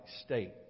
state